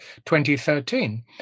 2013